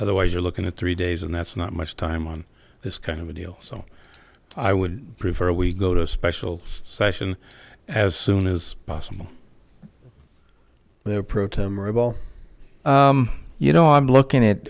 otherwise you're looking at three days and that's not much time on this kind of a deal so i would prefer we go to a special session as soon as possible there pro tem or a ball you know i'm looking at